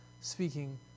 speaking